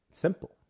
simple